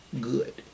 good